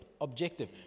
objective